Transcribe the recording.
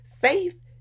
faith